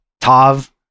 tav